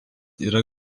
yra